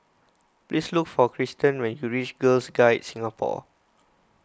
please look for Kristian when you reach Girl Guides Singapore